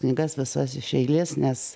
knygas visas iš eilės nes